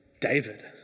David